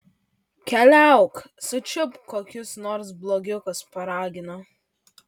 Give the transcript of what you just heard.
keliauk sučiupk kokius nors blogiukus paragino